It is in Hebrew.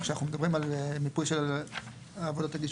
כשאנחנו מדברים על מיפוי של עבודות הגישוש